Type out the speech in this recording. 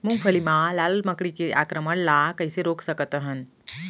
मूंगफली मा लाल मकड़ी के आक्रमण ला कइसे रोक सकत हन?